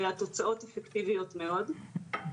והתוצאות אפקטיביות מאוד.